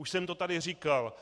Už jsem to tady říkal.